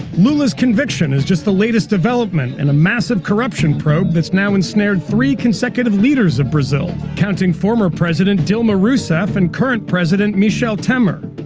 lula's conviction is just the latest development in a massive corruption probe that's now ensnared three consecutive leaders of brazil, counting former president dilma rousseff and current president michel temer.